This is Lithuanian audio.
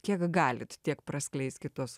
kiek galit tiek praskleiskit tuos